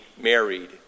married